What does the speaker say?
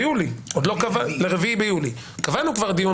ל-4 ביולי, תוך